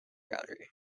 boundary